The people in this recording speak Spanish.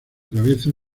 cabeza